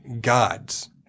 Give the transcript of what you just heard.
gods